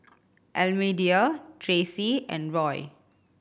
Almedia Traci and Roy